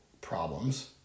problems